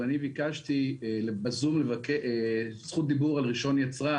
אבל אני ביקשתי בזום זכות דיבור על רישיון יצרן,